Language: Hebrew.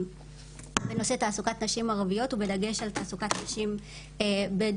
הנושא הוא תעסוקת נשים ערביות בדגש על תעסוקת נשים בדואיות.